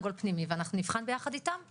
ונבחן יחד איתם.